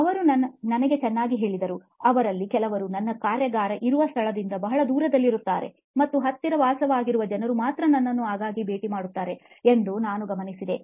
ಅವರು ನನಗೆ ಚೆನ್ನಾಗಿ ಹೇಳಿದರು ಅವರಲ್ಲಿ ಕೆಲವರು ನನ್ನ ಕಾರ್ಯಾಗಾರ ಇರುವ ಸ್ಥಳದಿಂದ ಬಹಳ ದೂರದಲ್ಲಿದ್ದಾರೆ ಮತ್ತು ಹತ್ತಿರ ವಾಸಿಸುವ ಜನರು ಮಾತ್ರ ನನ್ನನ್ನು ಆಗಾಗ್ಗೆ ಭೇಟಿ ಮಾಡುತ್ತಾರೆ ಎಂದು ನಾನು ಗಮನಿಸಿದೆ